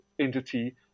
entity